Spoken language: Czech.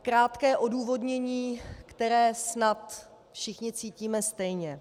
Krátké odůvodnění, které snad všichni cítíme stejně.